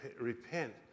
repent